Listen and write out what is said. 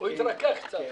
הוא התרכך קצת.